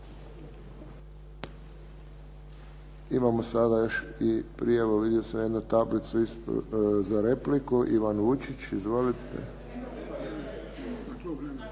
Imamo sada još i prijavu, vidio sam jednu tablicu za repliku. Ivan Lučić, izvolite.